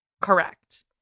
Correct